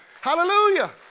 Hallelujah